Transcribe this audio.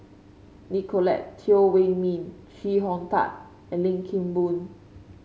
Nicolette Teo Wei Min Chee Hong Tat and Lim Kim Boon